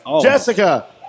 Jessica